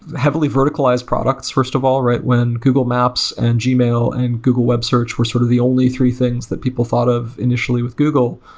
heavily verticalized products, first of al l. when google maps and gmail and google web search were sort of the only three things that people thought of in itially with google,